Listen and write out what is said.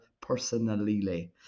personally